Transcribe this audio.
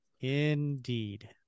Indeed